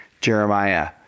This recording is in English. Jeremiah